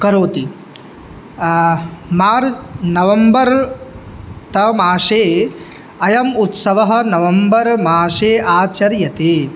करोति मार् नवेम्बर् त मासे अयम् उत्सवः नवम्बर् मासे आचर्यते